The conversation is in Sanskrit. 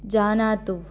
जानातु